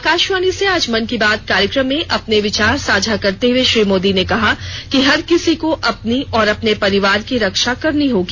आकाशवाणी से आज मन की बात कार्यक्रम में अपने विचार साझा करते हए श्री मोदी ने कहा कि हर किसी को अपनी और अपने परिवार की रक्षा करनी होगी